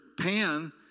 pan